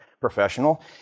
professional